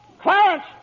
Clarence